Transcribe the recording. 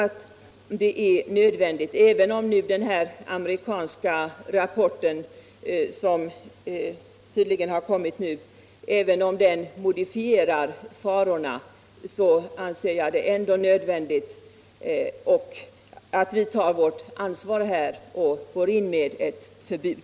Även om den senaste amerikanska rapporten modifierar farorna anser jag det vara helt nödvändigt att vi tar vårt ansvar och går in med ett förbud.